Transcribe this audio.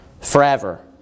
forever